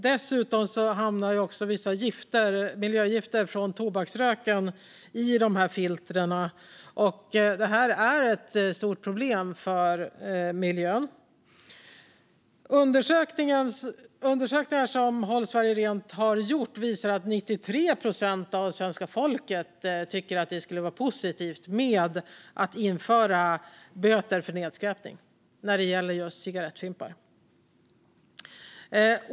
Dessutom hamnar vissa miljögifter från tobaksröken i filtren. Det är ett stort problem för miljön. Undersökningar som Håll Sverige Rent har gjort visar att 93 procent av svenska folket skulle vara positivt att införa böter för nedskräpning när det gäller just cigarettfimpar.